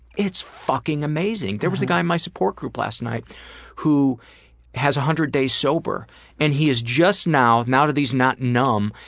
it's fucking amazing. there was a guy in my support group last night who has one hundred days sober and he is just now, now that he's not numb,